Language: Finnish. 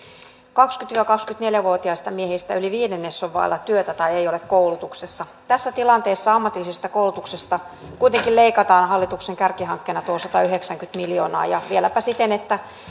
kaksikymmentä viiva kaksikymmentäneljä vuotiaista miehistä yli viidennes on vailla työtä tai ei ole koulutuksessa tässä tilanteessa ammatillisesta koulutuksesta kuitenkin leikataan hallituksen kärkihankkeena tuo satayhdeksänkymmentä miljoonaa ja vieläpä siten että